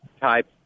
type